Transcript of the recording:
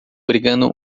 brigando